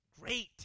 great